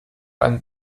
einen